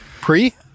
Pre-